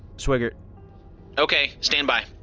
swigert okay. stand by.